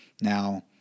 Now